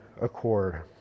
accord